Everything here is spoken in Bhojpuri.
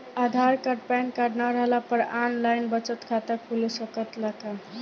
आधार कार्ड पेनकार्ड न रहला पर आन लाइन बचत खाता खुल सकेला का?